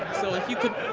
so if you could,